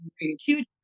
huge